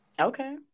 Okay